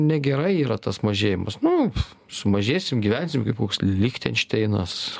negerai yra tas mažėjimas nu sumažėsim gyvensim kaip koks lichtenšteinas